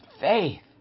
faith